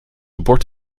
bord